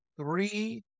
three